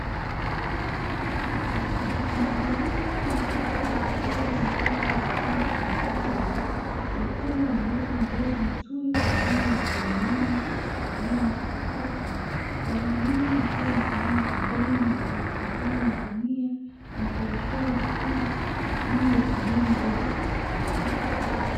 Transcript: Magunia meupe yakiwa yamepangwa vizuri kwa ustadi yakiwa yamewekwa mbegu nzuri kwa ajili ya kulimia kilimo cha kisasa. Wanaume wakiwa wamesimama pembeni na kuyashangaa magunia na kuyashona vizuri kwa ajili ya kilimo bora cha kisasa.